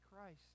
Christ